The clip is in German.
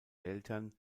eltern